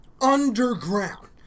underground